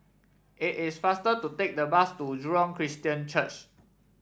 it is faster to take the bus to Jurong Christian Church